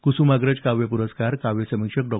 कुसुमाग्रज काव्यप्रस्कार काव्यसमीक्षक डॉ